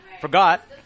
forgot